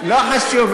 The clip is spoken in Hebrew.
לא חשוב,